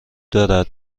دارد